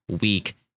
week